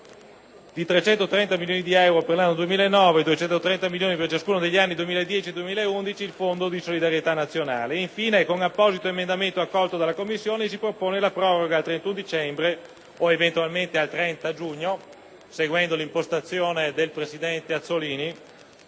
di 330 milioni di euro per l'anno 2009 e 230 milioni per ciascuno degli anni 2010 e 2011 il Fondo di solidarietà nazionale. Infine, con apposito emendamento accolto dalla Commissione, si propone la proroga al 31 dicembre (o eventualmente al 30 giugno, seguendo l'impostazione del Presidente della